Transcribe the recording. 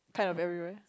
kind of everywhere